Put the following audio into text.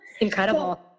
Incredible